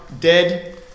dead